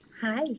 Hi